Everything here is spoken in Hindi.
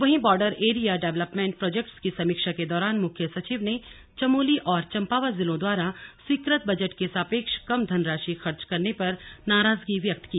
वहीं बॉर्डर एरिया डेवलपमेंट प्रोजेक्ट्स की समीक्षा के दौरान मुख्य सचिव ने चमोली और चम्पावत जिलों द्वारा स्वीकृत बजट के सापेक्ष कम धनराशि खर्च करने पर नाराजगी व्यक्त की